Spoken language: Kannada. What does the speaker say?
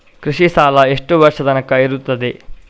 ಕೃಷಿ ಸಾಲ ಎಷ್ಟು ವರ್ಷ ತನಕ ಇರುತ್ತದೆ?